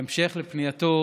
בהמשך לפנייתו